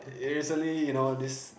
recently you know this